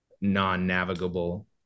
non-navigable